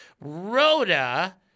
Rhoda